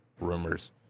rumors